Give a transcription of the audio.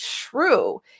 true